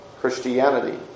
Christianity